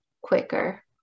quicker